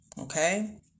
Okay